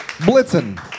Blitzen